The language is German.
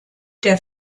der